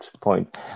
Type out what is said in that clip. point